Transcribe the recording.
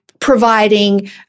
Providing